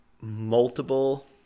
multiple